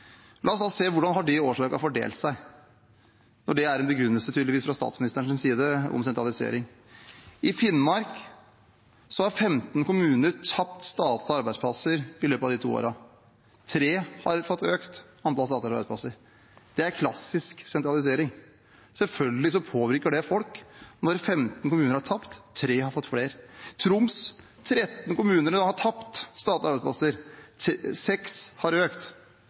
La oss da se på hvordan de årsverkene har fordelt seg, for det er tydeligvis en begrunnelse fra statsministerens side for sentralisering. I Finnmark har 15 kommuner tapt statlige arbeidsplasser i løpet av de to årene, 3 kommuner har fått økt antallet statlige arbeidsplasser – det er klassisk sentralisering. Selvfølgelig påvirker det folk når 15 kommuner har tapt og 3 har fått flere. I Troms har 13 kommuner tapt statlige arbeidsplasser, 6 har økt.